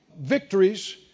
victories